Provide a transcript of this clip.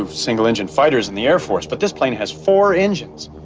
ah single engine fighters in the air force. but this plane has four engines.